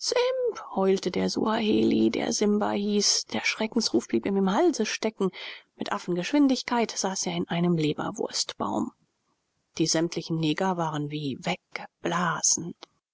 heulte der suaheli der simba hieß der schreckensruf blieb ihm im halse stecken mit affengeschwindigkeit saß er in einem leberwurstbaum die sämtlichen neger waren wie weggeblasen